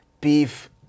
beef